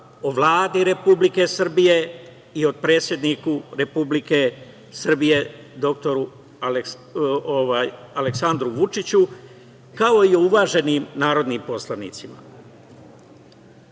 o Vladi Republike Srbije i o predsedniku Republike Srbije, Aleksandru Vučiću, kao i uvaženim narodnim poslanicima. Naši